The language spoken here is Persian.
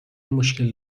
مشکل